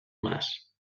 mas